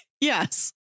Yes